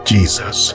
Jesus